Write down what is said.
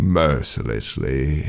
mercilessly